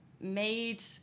made